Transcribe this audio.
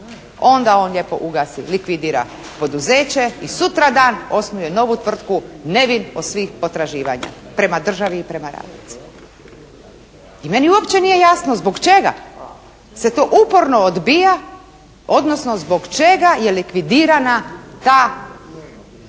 onda on lijepo ugasi, likvidira poduzeće i sutradan osnuje novu tvrtku nevin od svih potraživanja prema državi i prema radnicima. Meni uopće nije jasno zbog čega se to uporno odbija odnosno zbog čega je likvidirana ta norma?